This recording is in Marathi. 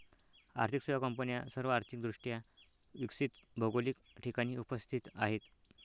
आर्थिक सेवा कंपन्या सर्व आर्थिक दृष्ट्या विकसित भौगोलिक ठिकाणी उपस्थित आहेत